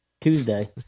tuesday